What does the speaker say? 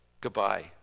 Goodbye